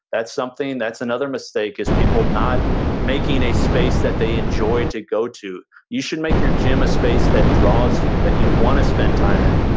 that's something, that's another mistake is people not making a space that they enjoy to go to. you should make your gym a space that draws you, that you wanna spend time in.